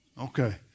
Okay